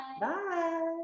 bye